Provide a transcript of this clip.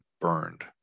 burned